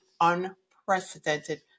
unprecedented